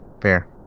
fair